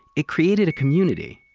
it created a community.